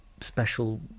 special